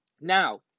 Now